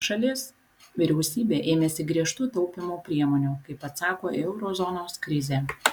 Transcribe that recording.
šalies vyriausybė ėmėsi griežtų taupymo priemonių kaip atsako į euro zonos krizę